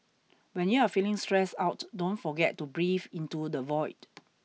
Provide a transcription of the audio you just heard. when you are feeling stressed out don't forget to breathe into the void